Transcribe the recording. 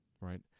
Right